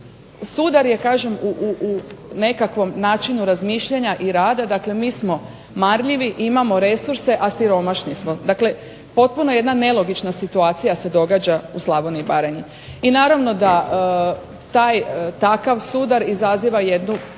sudar je kažem u nekakvom načinu razmišljanja i rada. Dakle, mi smo marljivi i imamo resurse, a siromašni smo. Dakle, potpuno jedna nelogična situacija se događa u Slavoniji i Baranji. I naravno da taj takav sudar izaziva jednu